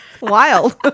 Wild